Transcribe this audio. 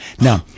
now